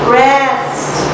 rest